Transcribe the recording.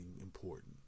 important